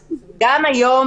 גם היום